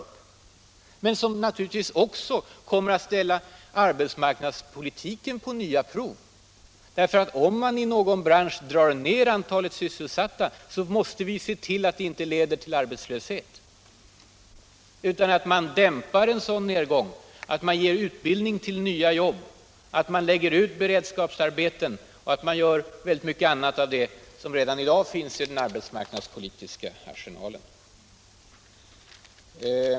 Men då kommer naturligtvis också arbetsmarknadspolitiken att sättas på nya prov. Om man i någon bransch drar ned antalet sysselsatta måste vi se till att detta inte leder till arbetslöshet. Vi måste dämpa en sådan nedgång, ge utbildning för nya jobb, lägga ut beredskapsarbeten och göra mycket annat av det som redan i dag finns i den arbetsmarknadspolitiska arsenalen.